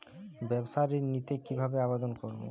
ব্যাবসা ঋণ নিতে কিভাবে আবেদন করব?